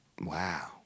Wow